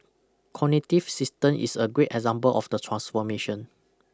cognitive Systems is a great example of the transformation